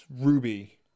Ruby